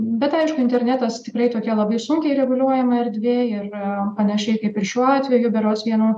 bet aišku internetas tikrai tokia labai sunkiai reguliuojama erdvė ir panašiai kaip ir šiuo atveju berods vienu